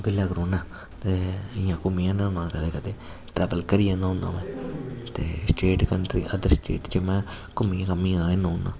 बेह्ला गै रौहन्ना ते इ'यां घूमी आना होन्ना अगर कदें कदें ट्रैवल करी औन्ना होन्ना में ते स्टेट कंट्री अदर स्टेट च में घूमी घामियै आई जन्ना होन्ना